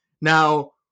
Now